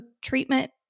treatment